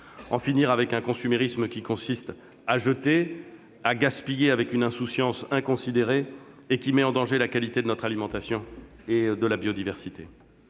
en finir avec un consumérisme qui consiste à jeter, à gaspiller avec une insouciance inconsidérée, et qui met en danger la qualité de notre alimentation et de la biodiversité.